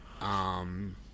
um-